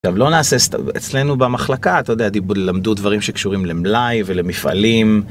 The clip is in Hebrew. לא נעשה אצלנו במחלקה, אתה יודע, למדו דברים שקשורים למלאי ולמפעלים.